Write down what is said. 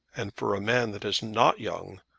and for a man that is not young,